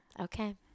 Okay